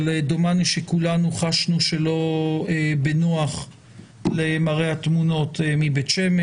אבל דומני שכולנו חשנו שלא בנוח למראה התמונות מבית שמש.